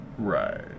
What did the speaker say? Right